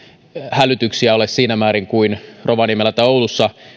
hälytyksiä ole siinä määrin kuin rovaniemellä tai oulussa